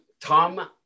Tom